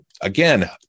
Again